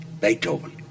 Beethoven